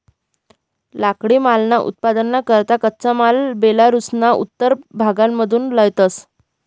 लाकडीमालना उत्पादनना करता कच्चा माल बेलारुसना उत्तर भागमाथून लयतंस